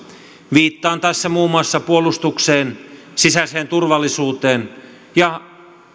viittaan tässä muun muassa puolustukseen sisäiseen turvallisuuteen ja